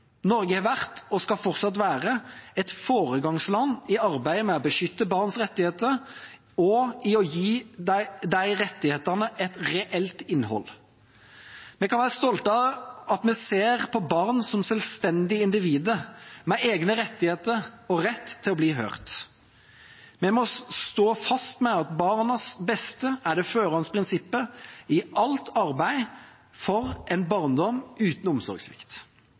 Norge har vært, og skal fortsatt være, et foregangsland i arbeidet med å beskytte barns rettigheter og i å gi disse rettighetene et reelt innhold. Vi kan være stolte av at vi ser på barn som selvstendige individer, med egne rettigheter og rett til å bli hørt. Vi må stå fast ved at barnas beste er det førende prinsippet i alt arbeid for en barndom uten